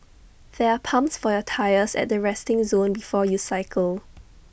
there are pumps for your tyres at the resting zone before you cycle